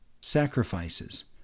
Sacrifices